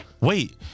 Wait